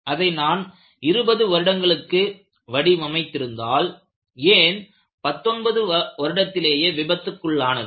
அதை நான் இருபது வருடங்களுக்கு வடிவமைத்திருந்தால் ஏன் 19 வருடத்திலேயே விபத்துக்குள்ளானது